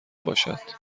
باشد